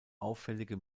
auffällige